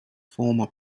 former